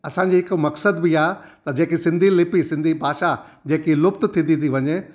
असांजी हिकु मक़सद बि आहे त जेके सिंधी लिपी सिंधी भाषा जेकी लुप्त थींदी थी वञे